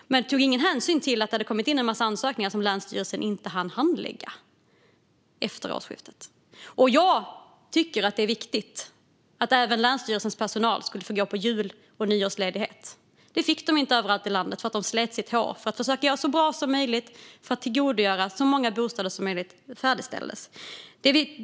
Ni tog dock ingen hänsyn till att det hade kommit in en massa ansökningar som länsstyrelsen inte hann handlägga efter årsskiftet. Jag tycker att det är viktigt att även länsstyrelsens personal får gå på jul och nyårsledighet. Det fick de inte överallt i landet eftersom de slet sitt hår för att försöka göra det hela så bra som möjligt och för att försöka göra så att så många bostäder som möjligt färdigställdes.